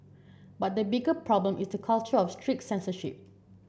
but the bigger problem is culture of strict censorship